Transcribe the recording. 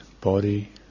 body